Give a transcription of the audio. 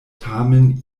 tamen